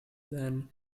than